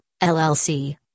LLC